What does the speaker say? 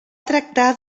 tractar